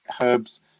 herbs